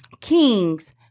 King's